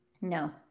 no